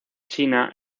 china